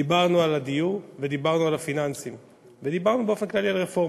דיברנו על הדיור ודיברנו על הפיננסים.